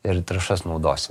ir trąšas naudosim